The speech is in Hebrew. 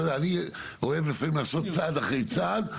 אתה יודע לפעמים אני אוהב לעשות צעד אחרי צעד,